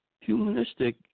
Humanistic